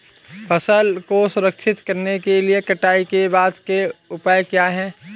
फसल को संरक्षित करने के लिए कटाई के बाद के उपाय क्या हैं?